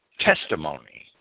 Testimony